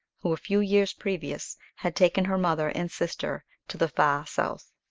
who, a few years previous, had taken her mother and sister to the far south.